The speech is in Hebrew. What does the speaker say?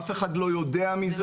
אף אחד לא יודע מזה.